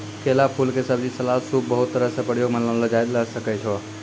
केला फूल के सब्जी, सलाद, सूप बहुत तरह सॅ प्रयोग मॅ लानलो जाय ल सकै छो